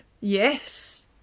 Yes